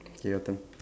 okay your turn